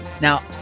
Now